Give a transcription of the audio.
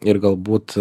ir galbūt